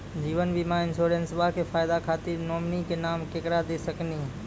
जीवन बीमा इंश्योरेंसबा के फायदा खातिर नोमिनी के नाम केकरा दे सकिनी?